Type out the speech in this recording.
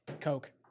Coke